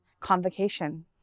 convocation